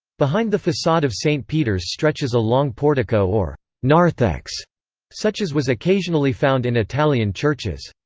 behind the facade of st. peter's stretches a long portico or narthex such as was occasionally found in italian churches.